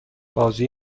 بازوی